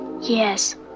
Yes